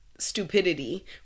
stupidity